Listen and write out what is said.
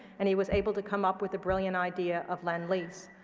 and he was able to come up with a brilliant idea of lend-lease.